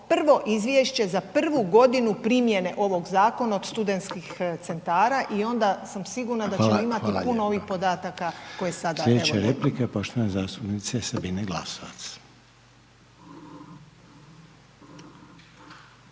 prvo izvješće za prvu godinu primjene ovog zakona od studentskih centara i onda sam sigurna da ćemo imati puno ovih podataka koje sada evo nemamo. **Reiner, Željko (HDZ)** Hvala. Slijedeća je replika poštovane zastupnice Sabine Glasovac.